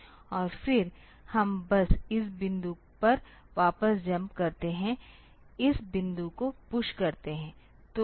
और फिर हम बस इस बिंदु पर वापस जम्प करते हैं इस बिंदु को पुश देते हैं